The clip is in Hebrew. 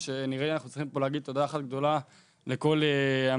אנחנו צריכים פה להגיד תודה אחת גדולה לכל המתנדבים,